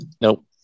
Nope